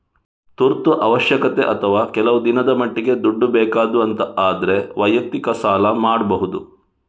ತುರ್ತು ಅವಶ್ಯಕತೆ ಅಥವಾ ಕೆಲವು ದಿನದ ಮಟ್ಟಿಗೆ ದುಡ್ಡು ಬೇಕಾದ್ದು ಅಂತ ಆದ್ರೆ ವೈಯಕ್ತಿಕ ಸಾಲ ಮಾಡ್ಬಹುದು